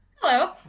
Hello